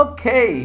Okay